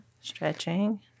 Stretching